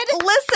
listen